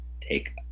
take